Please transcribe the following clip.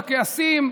הכעסים,